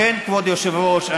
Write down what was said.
כבוד היושב-ראש,